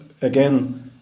again